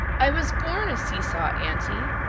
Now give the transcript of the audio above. i was born a see-saw aunty,